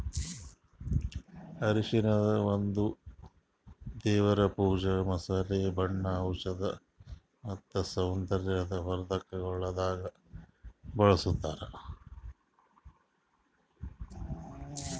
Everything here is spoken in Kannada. ಅರಿಶಿನ ಒಂದ್ ದೇವರ್ ಪೂಜಾ, ಮಸಾಲೆ, ಬಣ್ಣ, ಔಷಧ್ ಮತ್ತ ಸೌಂದರ್ಯ ವರ್ಧಕಗೊಳ್ದಾಗ್ ಬಳ್ಸತಾರ್